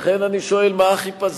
לכן אני שואל, מה החיפזון?